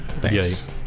Thanks